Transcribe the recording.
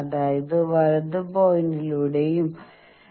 അതായത് വലത് 10 പോയിന്റിലൂടെയും 0